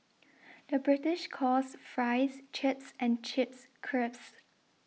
the British calls Fries Chips and Chips Crisps